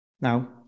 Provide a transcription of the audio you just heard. Now